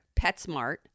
PetSmart